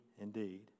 indeed